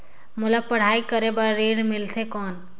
मोला पढ़ाई करे बर ऋण मिलथे कौन?